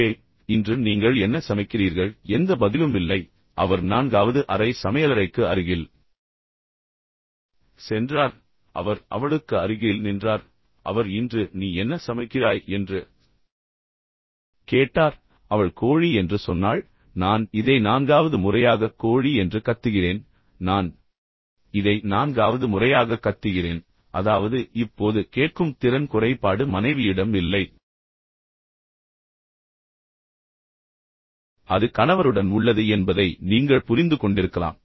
அன்பே இன்று நீங்கள் என்ன சமைக்கிறீர்கள் எந்த பதிலும் இல்லை எனவே அவர் நான்காவது அறை சமையலறைக்கு அருகில் சென்றார் எனவே அவர் அவளுக்கு அருகில் நின்றார் பின்னர் அவர் இன்று நீ என்ன சமைக்கிறாய் என்று கேட்டார் அவள் கோழி என்று சொன்னாள் நான் இதை நான்காவது முறையாக கோழி என்று கத்துகிறேன் நான் இதை நான்காவது முறையாக கத்துகிறேன் அதாவது இப்போது கேட்கும் திறன் குறைபாடு மனைவியிடம் இல்லை அது கணவருடன் உள்ளது என்பதை நீங்கள் புரிந்து கொண்டிருக்கலாம்